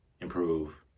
improve